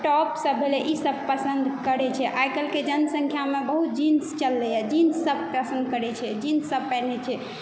top सभ भेलै ई सभ पसन्द करै छै आइ काल्हिके जनसंख्यामे बहुत जीन्स सभ चललै यऽ जीन्स सभ पसन्द करै छै जीन्स सभ पहिरै छै